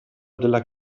della